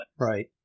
Right